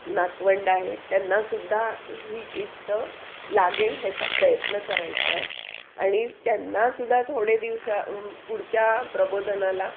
नातवंड आहे त्यांना सुद्धा ही शिस्त लागेल ह्याचा प्रयत्न करायचा आहे आणि त्यांना सुद्धा थोडे दिवसा पुढच्या प्रबोधनाला